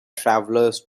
travelers